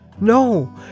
No